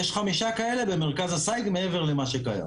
יש חמישה כאלה במרכז הסייג מעבר למה שקיים,